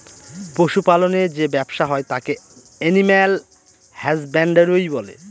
পশু পালনের যে ব্যবসা হয় তাকে এলিম্যাল হাসব্যানডরই বলে